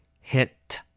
hit